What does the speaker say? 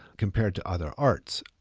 compared to other arts.